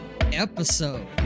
episode